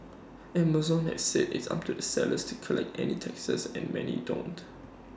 Amazon has said it's up to the sellers to collect any taxes and many don't